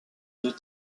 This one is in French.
deux